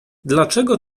dlaczego